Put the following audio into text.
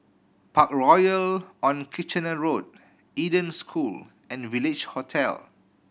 Parkroyal on Kitchener Road Eden School and Village Hotel